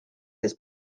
this